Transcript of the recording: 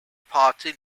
party